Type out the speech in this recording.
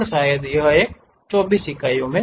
और शायद यह एक 24 इकाइयों